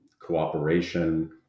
cooperation